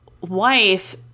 wife